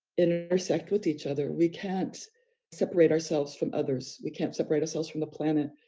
intersect with each other, we can't separate ourselves from others, we can't separate ourselves from the planet.